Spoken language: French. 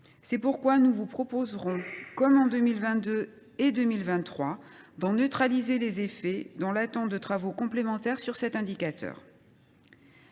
C’est pourquoi nous vous proposerons, comme en 2022 et 2023, d’en neutraliser les effets, dans l’attente de travaux complémentaires sur cet indicateur.